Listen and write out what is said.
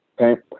Okay